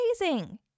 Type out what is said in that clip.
amazing